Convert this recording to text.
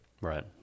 Right